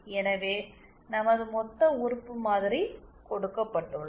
எனவே நமது மொத்த உறுப்பு மாதிரி கொடுக்கப்பட்டுள்ளது